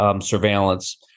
surveillance